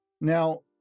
Now